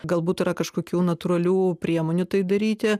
galbūt yra kažkokių natūralių priemonių tai daryti